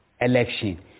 election